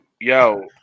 Yo